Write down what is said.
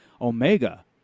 Omega